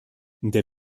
der